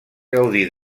gaudir